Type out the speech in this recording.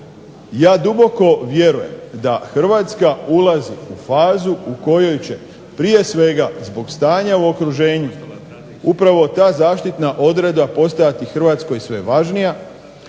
Ja duboko vjerujem da Hrvatska ulazi u fazu u kojoj će prije svega zbog stanja u okruženju upravo ta zaštitna odredba postojati HRvatskoj sve važnija.